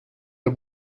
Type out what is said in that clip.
the